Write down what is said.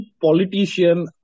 politician